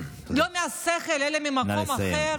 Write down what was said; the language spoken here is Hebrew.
לא מהשכל אלא ממקום אחר?